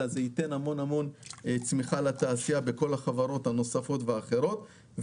אלא זה ייתן צמיחה גדולה לתעשייה בכל החברות הנוספות האחרות.